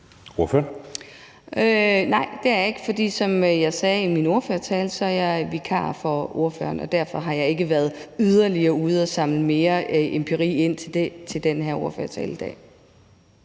(SF): Nej, det er jeg ikke, for som jeg sagde i min ordførertale, er jeg vikar for ordføreren; derfor har jeg ikke været ude at samle yderligere empiri ind til den her ordførertale i dag.